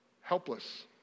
helpless